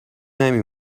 نمی